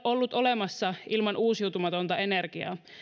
ollut olemassa ilman uusiutumatonta energiaa